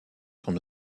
sont